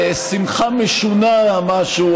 שמחה משונה משהו,